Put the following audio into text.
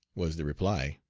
was the reply.